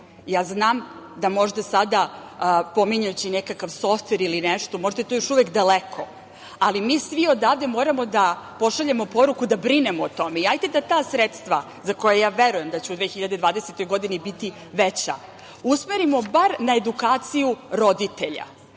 znam da možda sada pominjući nekakva softver ili nešto, možda je to još uvek daleko, ali mi svi odavde moramo da pošaljemo poruku da brinemo o tome. Ajde da ta sredstva, za koja ja verujem da će u 2020. godini biti veća, usmerimo bar na edukaciju roditelja. Oni